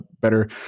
better